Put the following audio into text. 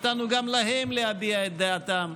נתנו גם להם להביע את דעתם.